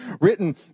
written